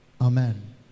Amen